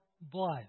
blood